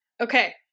Okay